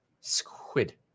Squid